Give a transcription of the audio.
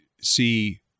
see